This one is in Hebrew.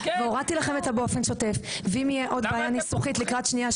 הורדתי לכם את "באופן שוטף" ואם תהיה עוד בעיה ניסוחית לקראת שנייה,